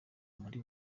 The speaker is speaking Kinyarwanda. muri